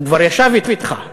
הוא כבר ישב אתך.